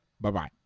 Bye-bye